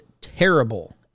terrible